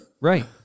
Right